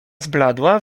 zbladła